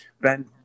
Ben